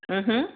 ہوں ہوں